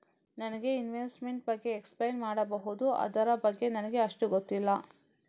ನನಗೆ ಇನ್ವೆಸ್ಟ್ಮೆಂಟ್ ಬಗ್ಗೆ ಎಕ್ಸ್ಪ್ಲೈನ್ ಮಾಡಬಹುದು, ಅದರ ಬಗ್ಗೆ ನನಗೆ ಅಷ್ಟು ಗೊತ್ತಿಲ್ಲ?